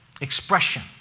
expression